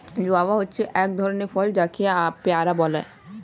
guava হচ্ছে এক ধরণের ফল যাকে পেয়ারা বলে